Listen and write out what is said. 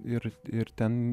ir ir ten